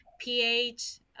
pH